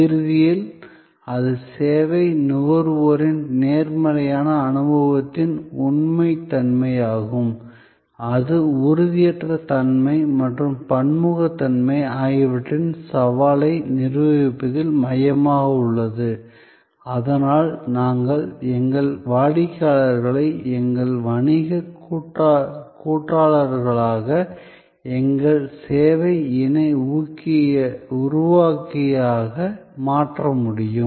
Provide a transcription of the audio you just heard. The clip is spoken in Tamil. இறுதியில் அது சேவை நுகர்வோரின் நேர்மறையான அனுபவத்தின் உண்மைத்தன்மையாகும் இது உறுதியற்ற தன்மை மற்றும் பன்முகத்தன்மை ஆகியவற்றின் சவாலை நிர்வகிப்பதில் மையமாக உள்ளது அதனால் நாங்கள் எங்கள் வாடிக்கையாளர்களை எங்கள் வணிக கூட்டாளர்களாக எங்கள் சேவை இணை உருவாக்கியாக மாற்ற முடியும்